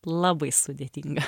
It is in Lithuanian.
labai sudėtinga